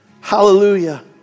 Hallelujah